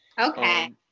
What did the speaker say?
Okay